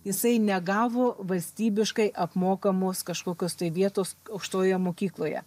jisai negavo valstybiškai apmokamos kažkokios tai vietos aukštojoje mokykloje